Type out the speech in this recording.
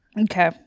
Okay